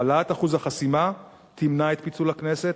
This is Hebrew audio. העלאת אחוז החסימה תמנע את פיצול הכנסת,